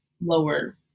lower